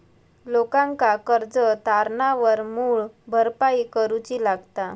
लोकांका कर्ज तारणावर मूळ भरपाई करूची लागता